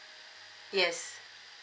yes